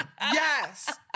yes